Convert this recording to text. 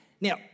Now